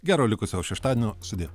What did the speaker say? gero likusio šeštadienio sudie